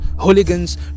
hooligans